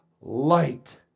light